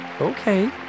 okay